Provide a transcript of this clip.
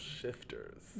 shifters